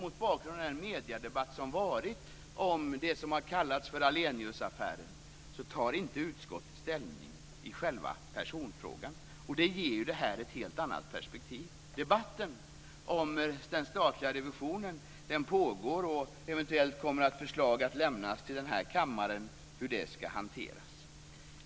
Mot bakgrund av den mediedebatt som har förts om det som har kallats för Ahleniusaffären så kan jag säga att utskottet däremot inte tar ställning i själva personfrågan. Detta ger det hela ett helt annat perspektiv. Debatten om den statliga revisionen pågår, och eventuellt kommer förslag att lämnas till den här kammaren om hur den ska hanteras.